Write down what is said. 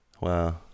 Wow